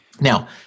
Now